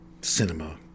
cinema